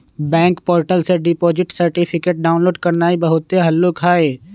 bank portal से deposit certificate download करनाइ बहुते हल्लुक हइ